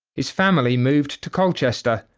his family moved to colchester,